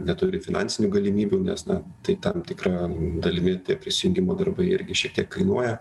neturi finansinių galimybių nes na tai tam tikra dalimi tie prisijungimo darbai irgi šitiek kainuoja